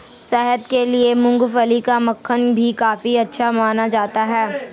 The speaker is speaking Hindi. सेहत के लिए मूँगफली का मक्खन भी काफी अच्छा माना जाता है